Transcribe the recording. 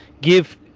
give